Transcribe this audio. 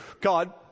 God